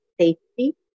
safety